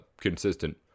consistent